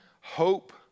hope